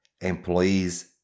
employees